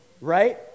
right